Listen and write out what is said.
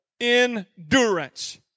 endurance